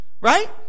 Right